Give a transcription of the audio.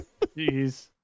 Jeez